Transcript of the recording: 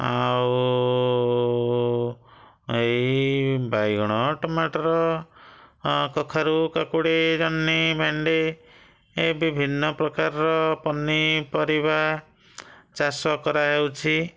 ଆଉ ଏଇ ବାଇଗଣ ଟମାଟର୍ କଖାରୁ କାକୁଡ଼ି ଜହ୍ନି ଭେଣ୍ଡି ବିଭିନ୍ନ ପ୍ରକାରର ପନିପରିବା ଚାଷ କରାଯାଉଛି